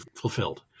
fulfilled